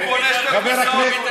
הוא קונה שתי קופסאות,